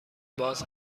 باز